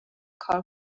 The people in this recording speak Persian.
کار